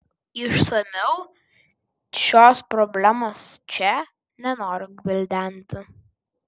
išsamiau šios problemos čia nenoriu gvildenti